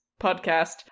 podcast